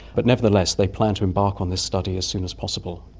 but nevertheless, they plan to embark on this study as soon as possible.